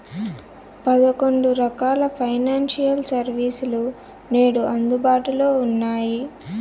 పదకొండు రకాల financial service లు నేడు అందుబాటులో ఉన్నాయి